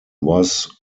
was